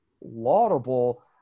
laudable